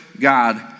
God